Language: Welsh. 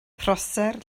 prosser